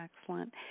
excellent